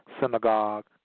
synagogue